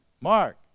Mark